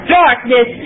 darkness